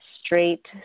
straight